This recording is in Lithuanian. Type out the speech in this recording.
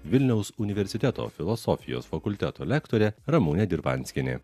vilniaus universiteto filosofijos fakulteto lektorė ramunė dirvanskienė